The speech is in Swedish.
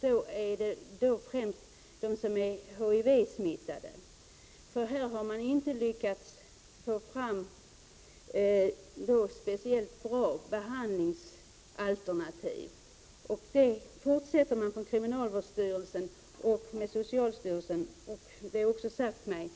Det gäller främst dem som är HIV-smittade. Här har man inte lyckats få fram speciellt bra behandlingsalternativ. Man fortsätter på kriminalvårdsstyrelsen med hjälp av socialstyrelsen och, har man sagt mig,